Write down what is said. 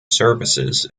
services